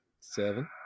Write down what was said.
seven